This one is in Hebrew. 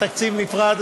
בתקציב נפרד,